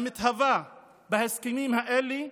המתהווה בהסכמים האלה,